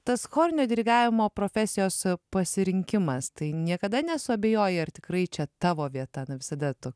tas chorinio dirigavimo profesijos pasirinkimas tai niekada nesuabejojai ar tikrai čia tavo vieta na visada to